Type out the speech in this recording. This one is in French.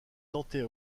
enterré